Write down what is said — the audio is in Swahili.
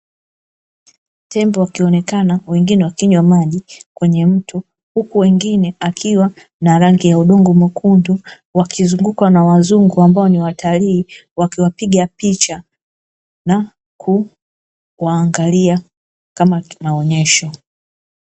Tembo wakionekana wengine wakinywa maji kwenye mto, huku mwingine akiwa na rangi ya udongo mwekundu; wakizungukwa na wazungu ambao ni watalii wakiwapiga picha na kuwaangalia kama maonyesho.